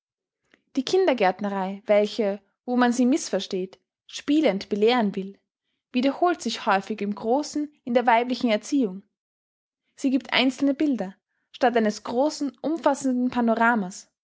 die kindergärtnerei welche wo man sie mißversteht spielend belehren will wiederholt sich häufig im großen in der weiblichen erziehung sie gibt einzelne bilder statt eines großen umfassenden panorama's